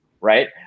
right